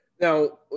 Now